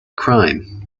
crime